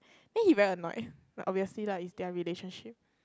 then he very annoyed but obviously lah it's their relationship